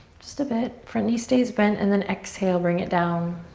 just a bit. front knee stays bent. and then exhale, bring it down.